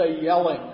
yelling